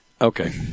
Okay